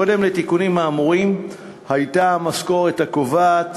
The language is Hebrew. קודם לתיקונים האמורים הייתה המשכורת הקובעת